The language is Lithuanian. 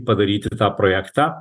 padaryti tą projektą